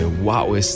wow